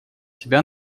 себя